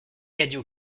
cadio